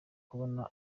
kubona